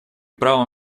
правом